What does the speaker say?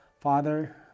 Father